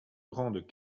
grandes